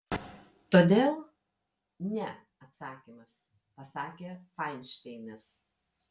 todėl ne atsakymas pasakė fainšteinas